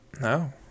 No